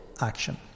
action